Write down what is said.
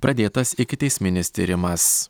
pradėtas ikiteisminis tyrimas